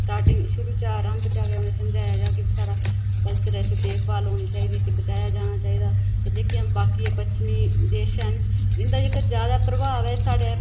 starting शुरू चा रम्भ चा गै उ'नें समझाया जा कि साढ़ा कल्चर ऐ इसदी देखभाल होनी चाहिदी इसी बचाया जाना चाहिदा ते जेह्कियां बाकी पच्छमी देश हैन इं'दा जेह्का ज्यादा प्रभाव ऐ एह् साढ़े